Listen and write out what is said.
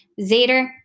Zader